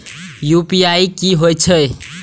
UPI की होई छै?